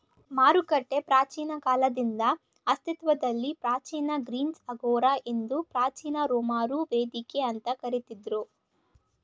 ಮಾರುಕಟ್ಟೆ ಪ್ರಾಚೀನ ಕಾಲದಿಂದ ಅಸ್ತಿತ್ವದಲ್ಲಿದೆ ಪ್ರಾಚೀನ ಗ್ರೀಸ್ನಲ್ಲಿ ಅಗೋರಾ ಎಂದು ಪ್ರಾಚೀನ ರೋಮರು ವೇದಿಕೆ ಅಂತ ಕರಿತಿದ್ರು